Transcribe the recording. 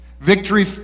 Victory